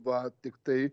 va tiktai